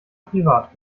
privat